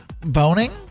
boning